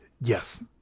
Yes